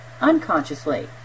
unconsciously